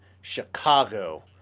Chicago